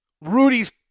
Rudy's